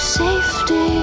safety